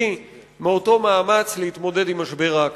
מאותו מאמץ להתמודד עם משבר האקלים.